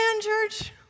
church